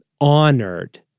honored